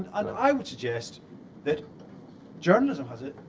i would suggest that journalism has it.